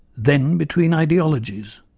then between ideologies.